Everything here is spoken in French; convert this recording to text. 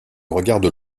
regardent